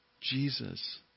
Jesus